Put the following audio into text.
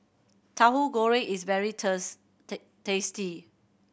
Tahu Goreng is very tasty